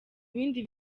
bindi